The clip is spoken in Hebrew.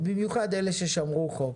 במיוחד עם אלה ששמרו חוק,